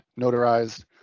notarized